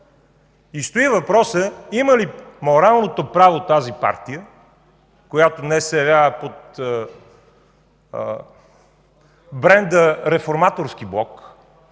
Стои въпросът има ли моралното право тази партия, която днес се явява под бленда Реформаторски блок...